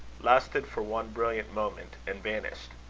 lasted for one brilliant moment, and vanished.